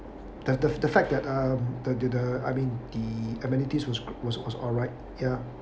the the the fact that uh the the I mean the amenities was was alright ya